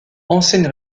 enseigne